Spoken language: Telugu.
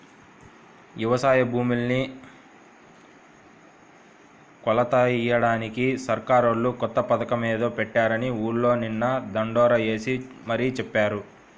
యవసాయ భూముల్ని కొలతలెయ్యడానికి సర్కారోళ్ళు కొత్త పథకమేదో పెట్టారని ఊర్లో నిన్న దండోరా యేసి మరీ చెప్పారు